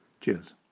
cheers